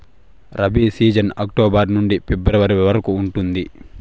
rabi season October నుండి February వరకు ఉంటుంది